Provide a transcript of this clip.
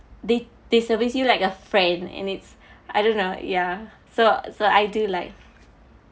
they they service you like a friend and it's I don't know ya so so I do like